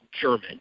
German